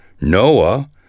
Noah